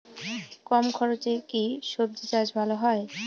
কম খরচে কি সবজি চাষ ভালো হয়?